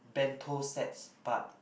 bento sets but